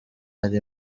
iri